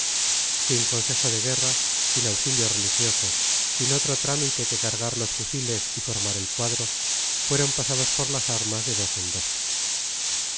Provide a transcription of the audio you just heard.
sin consejo de guerra sin auxilio religioso sin otro trámite que cargar los fusiles y formar el cuadro fueron pasados por las armas de dos en dos